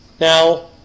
Now